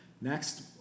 Next